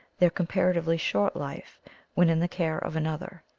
their com paratively short life when in the care of an other.